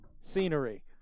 Scenery